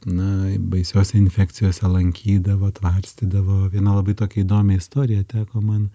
na baisios infekcijose lankydavo svarstydavo viena labai tokią įdomią istoriją teko man